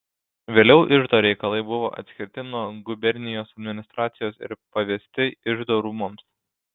vėliau iždo reikalai buvo atskirti nuo gubernijos administracijos ir pavesti iždo rūmams